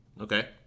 Okay